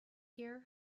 here